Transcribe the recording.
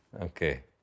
Okay